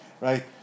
right